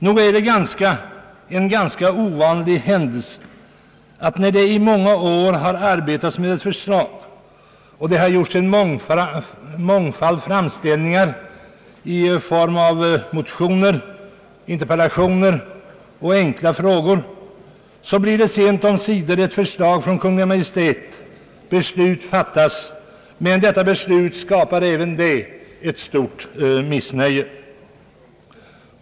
Nog är det en ganska ovanlig händelse att när det i många år har arbetats med ett förslag, när det har gjorts en mångfald framställningar i form av motioner, interpellationer och enkla frågor, och när sent omsider ett förslag kommer från Kungl. Maj:t och beslut fattas, så skapar även detta beslut ett stort missnöje.